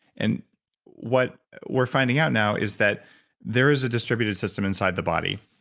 and what we're finding out now is that there is a distributed system inside the body.